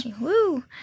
Woo